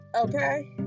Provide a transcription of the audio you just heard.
Okay